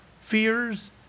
fears